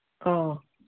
ꯑꯧ